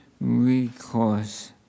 recourse